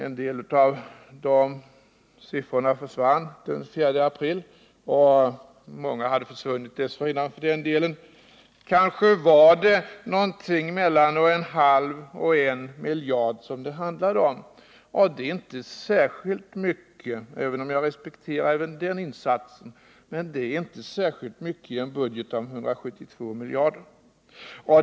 En del av de pengarna försvann den 4 april, och många hade för den delen försvunnit dessförinnan. Kanske var det någonting mellan 0,5 och 1 miljard som det handlade om. Det är inte särskilt mycket —- även om jag respekterar även den insatsen —i en statsbudget på 172 miljarder.